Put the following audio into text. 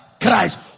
Christ